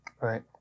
Right